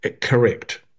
Correct